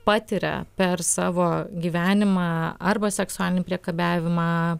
patiria per savo gyvenimą arba seksualinį priekabiavimą